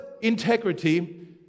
integrity